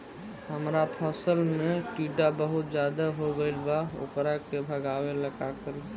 हमरा फसल में टिड्डा बहुत ज्यादा हो गइल बा वोकरा के भागावेला का करी?